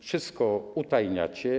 Wszystko utajniacie.